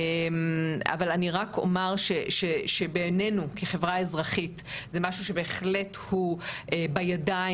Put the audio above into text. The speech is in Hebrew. אבל אני רק אומר שבעינינו כחברה אזרחית זה משהו שבהחלט הוא בידיים